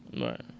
Right